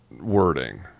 wording